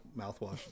mouthwash